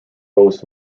boasts